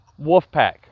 Wolfpack